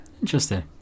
Interesting